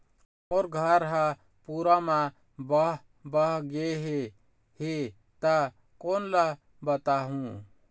मोर घर हा पूरा मा बह बह गे हे हे ता कोन ला बताहुं?